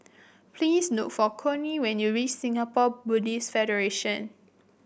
please look for Connie when you reach Singapore Buddhist Federation